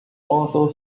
also